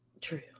True